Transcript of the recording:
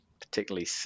particularly